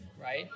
right